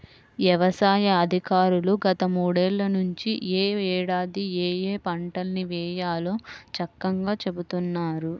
యవసాయ అధికారులు గత మూడేళ్ళ నుంచి యే ఏడాది ఏయే పంటల్ని వేయాలో చక్కంగా చెబుతున్నారు